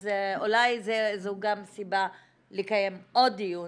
אז אולי זו גם סיבה לקיים עוד דיון